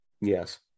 Yes